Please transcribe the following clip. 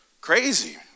Crazy